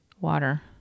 water